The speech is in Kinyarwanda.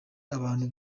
abantu